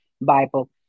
Bible